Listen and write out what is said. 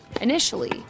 Initially